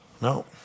No